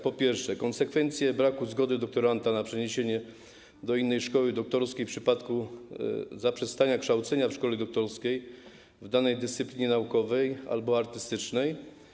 Po pierwsze, konsekwencje braku zgody doktoranta na przeniesienie do innej szkoły doktorskiej w przypadku zaprzestania kształcenia w szkole doktorskiej w danej dyscyplinie naukowej albo artystycznej.